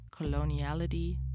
coloniality